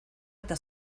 eta